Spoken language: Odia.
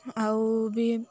ଆଉ ବି